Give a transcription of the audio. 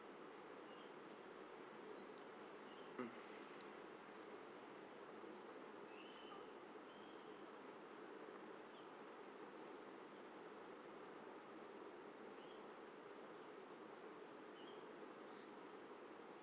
mm